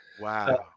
Wow